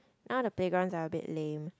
now the playgrounds are a bit lame